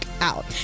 out